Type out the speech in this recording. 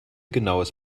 genaues